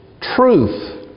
truth